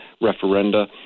referenda